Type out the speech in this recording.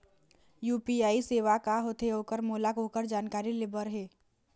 UPI सेवा का होथे ओकर मोला ओकर जानकारी ले बर हे?